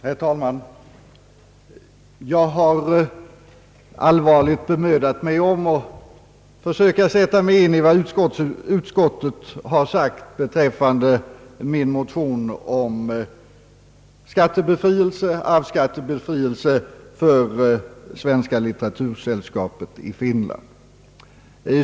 Herr talman! Jag har allvarligt bemödat mig om att försöka sätta mig in i vad utskottet anfört beträffande min motion om befrielse från arvsskatt för Svenska litteratursällskapet i Finland.